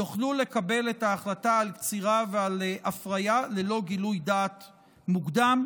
יוכלו לקבל את ההחלטה על קצירה ועל הפרייה ללא גילוי דעת מוקדם.